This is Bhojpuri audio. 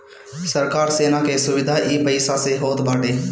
सरकार सेना के सुविधा इ पईसा से होत बाटे